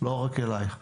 לא רק אלייך.